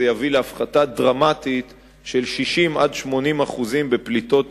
זה יביא להפחתה דרמטית של 60% 80% בפליטות